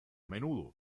menudo